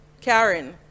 Karen